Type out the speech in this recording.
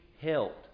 helped